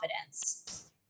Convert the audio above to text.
confidence